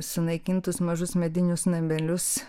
sunaikintus mažus medinius namelius